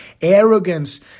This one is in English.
Arrogance